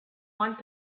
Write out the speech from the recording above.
want